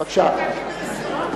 בבקשה.